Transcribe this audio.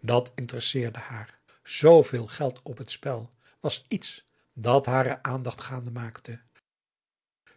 dat interesseerde haar zveel geld op het spel was iets dat hare aandacht gaande maakte